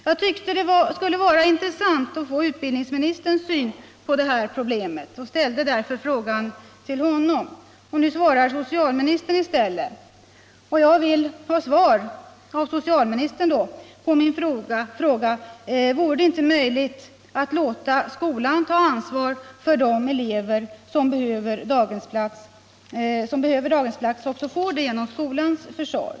Jag tyckte att det skulle vara intressant att få utbildningsministerns syn på detta problem och ställde därför frågan till honom. Nu svarar socialministern i stället. Jag vill då ha svar av socialministern på min fråga: Vore det inte möjligt att låta skolan ta ansvaret för att de elever som behöver daghemsplats också får sådan genom skolans försorg?